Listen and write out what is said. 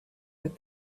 with